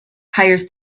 hires